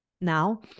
Now